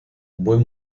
buen